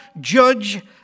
judge